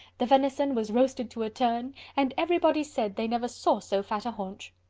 the venison was roasted to a turn and everybody said they never saw so fat a haunch.